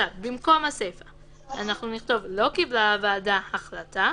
במקום הסיפא נכתוב: לא קיבלה הוועדה החלטה,